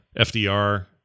FDR